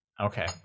okay